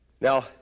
Now